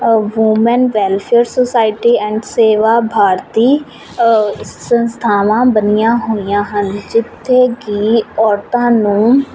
woman welfare society and Seva Bharati ਸੰਸਥਾਵਾਂ ਬਣੀਆਂ ਹੋਈਆਂ ਹਨ ਜਿੱਥੇ ਕਿ ਔਰਤਾਂ ਨੂੰ